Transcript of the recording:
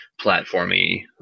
platformy